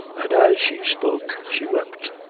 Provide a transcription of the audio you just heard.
and as she spoke she wept.